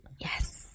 yes